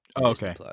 Okay